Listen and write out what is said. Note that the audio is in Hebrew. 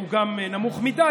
הוא גם נמוך מדי,